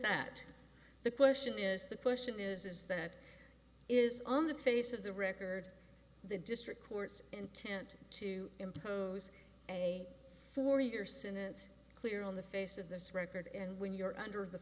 that the question is the question is is that is on the face of the record the district court's intent to impose a four year sentence clear on the face of this record and when you're under the